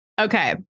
Okay